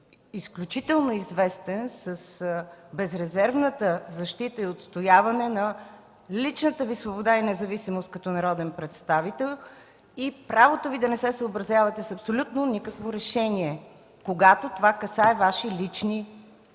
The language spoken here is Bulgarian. изключително известен с безрезервната защита и отстояване на личната Ви свобода и независимост като народен представител и правото Ви да не се съобразявате с абсолютно никакво решение, когато това касае Ваши лични